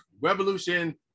Revolution